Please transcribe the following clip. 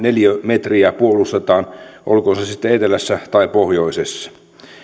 neliömetriä puolustetaan olkoon se se sitten etelässä tai pohjoisessa